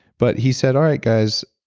but he said, all right guys,